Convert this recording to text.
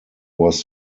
was